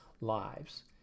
lives